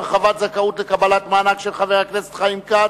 הרחבת זכאות לקבלת מענק), של חבר הכנסת חיים כץ.